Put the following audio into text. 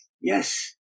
Yes